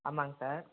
ஆமாங்க சார்